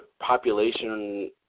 population